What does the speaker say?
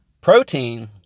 Protein